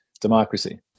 Democracy